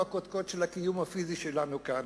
הוא קודקוד הקיום הפיזי שלנו כאן.